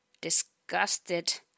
disgusted